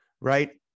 Right